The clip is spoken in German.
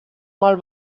mal